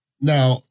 Now